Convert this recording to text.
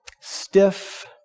stiff